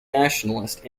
nationalist